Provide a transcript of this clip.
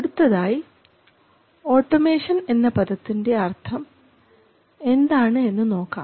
അടുത്തതായി ഓട്ടോമേഷൻ എന്ന പദത്തിൻറെ അർത്ഥം എന്താണ് എന്ന് നോക്കാം